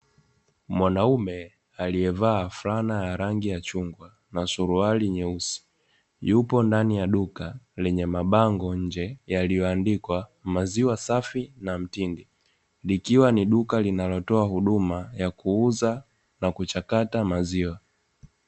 Mwanaume aliyevaa fulana ya rangi ya chungwa na suruali nyeusi, yupo ndani ya duka lenye mabango nje yaliyoandikwa maziwa safi na mtindi, likiwa ni duka linalotoa huduma ya kuuza na kuchakata maziwa.